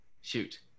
shoot